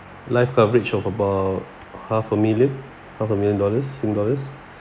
life coverage of about half a million half a million dollars sing dollars